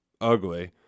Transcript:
ugly